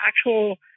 actual